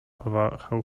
powahał